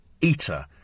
eater